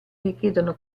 richiedono